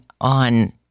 on